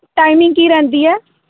timing ਕੀ ਰਹਿੰਦੀ ਹੈ